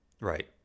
Right